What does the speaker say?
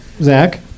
Zach